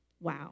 Wow